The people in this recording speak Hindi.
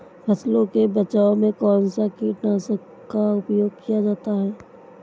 फसलों के बचाव में कौनसा कीटनाशक का उपयोग किया जाता है?